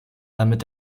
damit